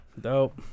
Dope